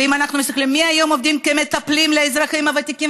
ואם אנחנו מסתכלים מי היום עובדים כמטפלים ומטפלות לאזרחים הוותיקים,